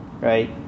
right